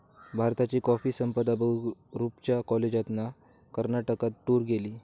भारताची कॉफी संपदा बघूक रूपच्या कॉलेजातना कर्नाटकात टूर गेली